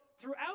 throughout